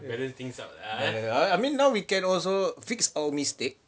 I mean now we can also fix our mistake